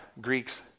Greeks